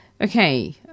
Okay